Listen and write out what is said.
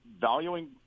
valuing